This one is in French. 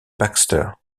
baxter